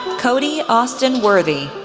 cody austin worthy,